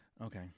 Okay